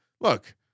look